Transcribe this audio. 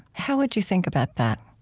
how would you think about that?